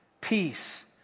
peace